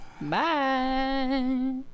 Bye